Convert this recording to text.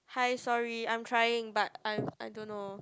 hi sorry I'm trying but I'm I don't know